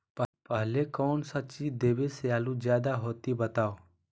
पहले कौन सा चीज देबे से आलू ज्यादा होती बताऊं?